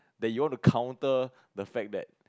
that you wanna counter the fact that